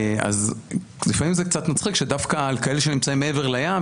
אז לפעמים זה קצת מצחיק שדווקא על כאלה שנמצאים מעבר לים,